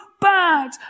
bad